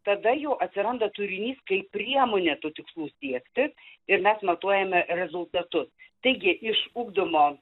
tada jau atsiranda turinys kaip priemonė tų tikslų siekti ir mes matuojame rezultatus taigi iš ugdymo